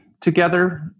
together